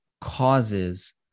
causes